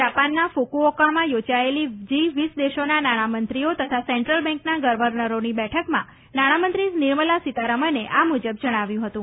જાપાનના ફુકૂઓકામાં યોજાયેલી જી વીસ દેશોના નાણાંમંત્રીઓ તથા સેન્ટ્રલ બેંકના ગર્વનરોની બેઠકમાં નાણામંત્રી નિર્મલા સીતારામને આ મુજબ જણાવ્યું હતું